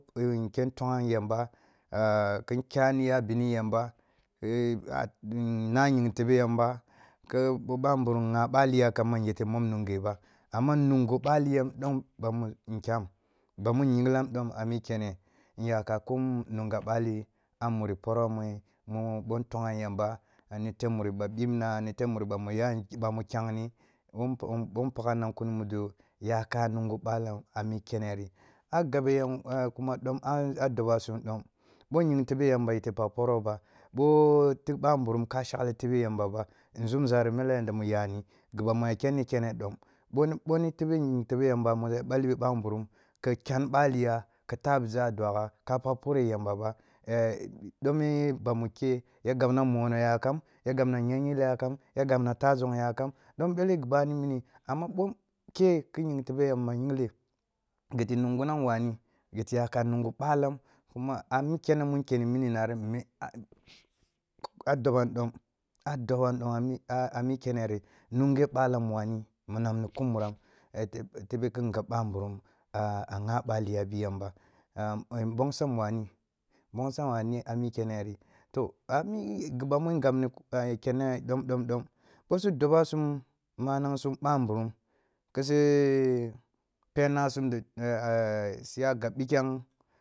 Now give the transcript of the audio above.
Nken ntogham yamba, a ki kyan niya bini yamba, c a naying tebe yamba ki ko bamburum gha baliya kamba nyete mom nunge ba amma nungo bali yam dom, bami nkyam, bani nyinglam dom a mi kene, nya ka kum nunya bali a miri poro nu-nu ɓo ntogham yamba ni tebmruri ni, wo npa bo nipakham na kuni mudo, yaka nungu balam a mi kene ri a gabe yam kuma dom, a doba sum dom, bo ying te ɓe yambo yete pakh poro ba, bo tigh ba mburum ka shegh tebe yamba zumza mele yanda mi yani gibami ya kenni keni dom boni-bom tebe ying tebe yamba mu ya balbi bamburum ki kyan baliya kita biza a dougha, ka pakh pore yamba ba, ee dome ba mu ke ya gabna mono ya kam, ya gab ma yunyil yakam, ya gabna ta zong yakam, dom bele gimani mini amma bo ke ki ying tebe yamna yingle giti nungunang wane, goto yakam nungur balam kuma a mi kere mi kenni mi nari a mi kene ri nunge balam wane minam ni kumuram e e tebe ki ngab bamburum a a ghabali ya bi yamba nvongsam wane, nbongsam wane a mi keneri bosi doba sum manang sum bamburuum kisi pena sum di aa siya gab bikyang